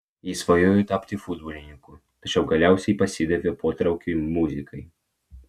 jis svajojo tapti futbolininku tačiau galiausiai pasidavė potraukiui muzikai